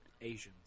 Asians